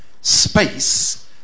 space